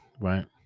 right